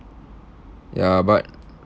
ya but